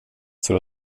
tror